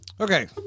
Okay